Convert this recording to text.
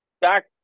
back